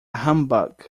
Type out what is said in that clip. humbug